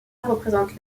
représente